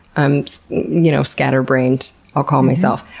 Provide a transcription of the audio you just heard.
um you know scatterbrained, i'll call myself,